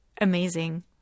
amazing